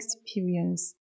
experience